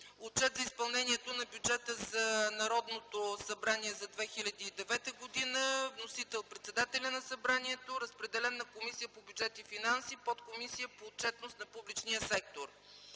Отчет за изпълнението на бюджета на Народното събрание за 2009 г. Вносител – председателят на Събранието. Разпределен е на Комисията по бюджет и финанси, Подкомисия по отчетност на публичния сектор;